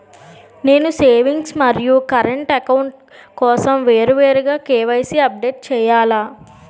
నేను సేవింగ్స్ మరియు current account కోసం వేరువేరుగా కే.వై.సీ అప్డేట్ చేయాలా?